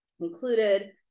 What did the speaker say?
included